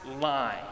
line